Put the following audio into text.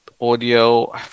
audio